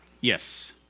Yes